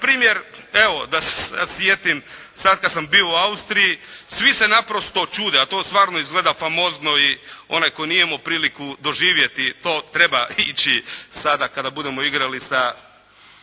primjer evo da se sada sjetim, sada kada sam bio u Austriji, svi se naprosto čude, a to stvarno izgleda famozno i onaj tko nije imao priliku doživjeti to treba ići sada kada budemo igrali i